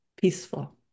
peaceful